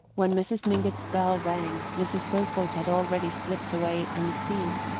when mrs. mingott's bell rang mrs. beaufort had already slipped away unseen,